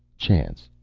chance.